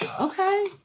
Okay